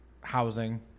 housing